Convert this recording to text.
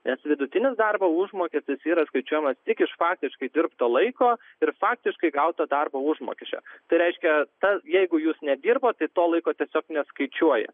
nes vidutinis darbo užmokestis yra skaičiuojamas tik iš faktiškai dirbto laiko ir faktiškai gauto darbo užmokesčio tai reiškia tas jeigu jūs nedirbote to laiko tiesiog neskaičiuoja